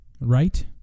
Right